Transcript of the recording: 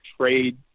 trade